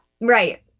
Right